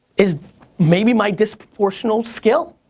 is maybe my disproportional skill.